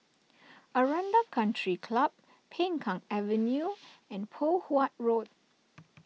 Aranda Country Club Peng Kang Avenue and Poh Huat Road